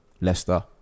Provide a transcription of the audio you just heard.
Leicester